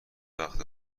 وقت